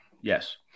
Yes